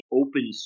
open